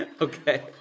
Okay